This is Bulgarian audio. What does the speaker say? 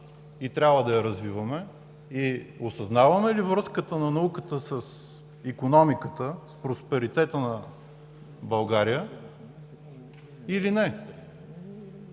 и трябва да я развиваме? Осъзнаваме ли връзката на науката с икономиката, с просперитета на България, или не?